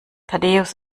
thaddäus